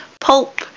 pulp